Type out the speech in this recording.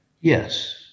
Yes